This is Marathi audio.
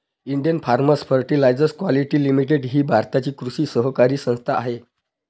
Indian farmers fertiliser quality limited ही भारताची कृषी सहकारी संस्था आहे